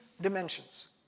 dimensions